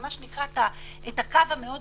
הקו המאוד